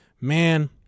Man